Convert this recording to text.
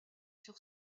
sur